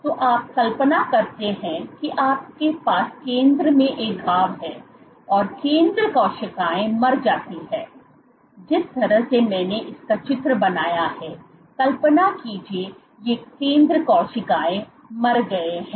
तो आप कल्पना करते हैं कि आपके पास केंद्र में एक घाव है और केंद्र कोशिकाएं मर जाती हैं जिस तरह से मैंने इसका चित्र बनाया है कल्पना कीजिए ये केंद्र कोशिकाएं मर गए हैं